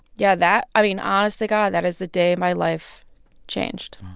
yeah, that i mean, honest to god, that is the day my life changed.